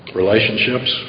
relationships